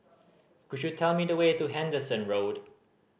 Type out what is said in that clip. could you tell me the way to Henderson Road